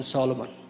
Solomon